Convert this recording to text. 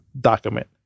document